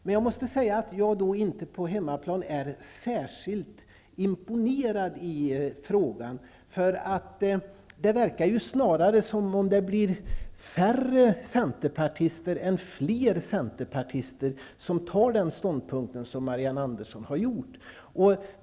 Men jag måste säga att jag på hemmaplan inte är särskilt imponerad, eftersom det verkar som om det blir färre centerpartister än fler som intar den ståndpunkt som Marianne Andersson har intagit.